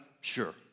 Sure